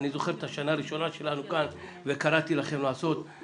אני זוכר את השנה הראשונה שלנו כאן וקראתי לכם אפילו